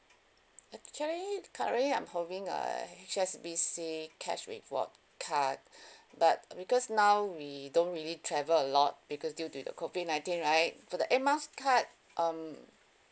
actually currently I'm holding a H_S_B_C cash reward card but because now we don't really travel a lot because due to the COVID nineteen right so the air miles card um